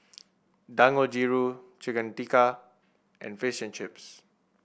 Dangojiru Chicken Tikka and Fish and Chips